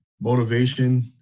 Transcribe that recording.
motivation